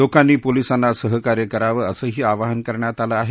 लोकांनी पोलिसांना सहकार्य करावे असंही आवाहनही करण्यात आलं आहे